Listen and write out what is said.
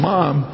Mom